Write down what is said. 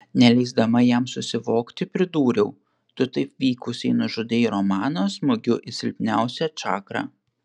neleisdama jam susivokti pridūriau tu taip vykusiai nužudei romaną smūgiu į silpniausią čakrą